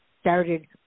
started